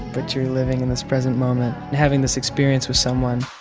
but you're living in this present moment and having this experience with someone